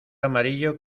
amarillo